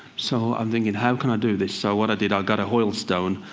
so i'm thinking how can i do this? so what i did, i got an oilstone.